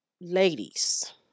Ladies